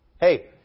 Hey